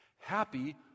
Happy